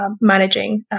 managing